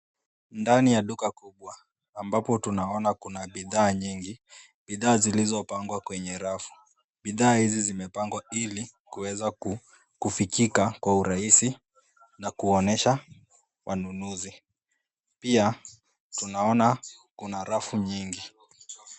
Ndani ya duka kubwa ambapo tunaona kuna bidhaa nyingi. Bidhaa zilizopangwa kwenye rafu. Bidha hizi zimepangwa ili kuweza kufikika kwa urahisi na kuonesha wanunuzi. Pia tunaona kuna rafu nyingi